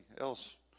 else